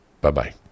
Bye-bye